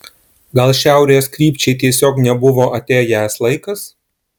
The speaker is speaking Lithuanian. gal šiaurės krypčiai tiesiog nebuvo atėjęs laikas